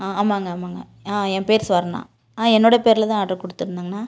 ஆமாம்ங்க ஆமாம்ங்க ஆ என் பேர் சொர்ணா என்னோட பேரில்தான் ஆர்ட்ரு கொடுத்துருந்தங்கணா